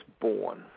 born